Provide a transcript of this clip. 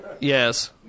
Yes